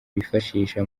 bifashisha